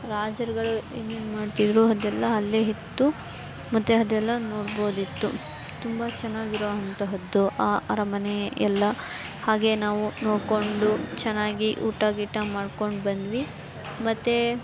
ರಾಜರುಗಳು ಏನೇನು ಮಾಡ್ತಿದ್ದರು ಅದೆಲ್ಲ ಅಲ್ಲೇ ಇತ್ತು ಮತ್ತು ಅದೆಲ್ಲ ನೋಡ್ಬೋದಿತ್ತು ತುಂಬ ಚೆನ್ನಾಗಿರುವಂತಹದ್ದು ಆ ಅರಮನೆ ಎಲ್ಲ ಹಾಗೆ ನಾವು ನೋಡಿಕೊಂಡು ಚೆನ್ನಾಗಿ ಊಟ ಗೀಟ ಮಾಡ್ಕೊಂಡು ಬಂದ್ವಿ ಮತ್ತು